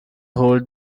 hold